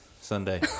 Sunday